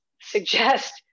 suggest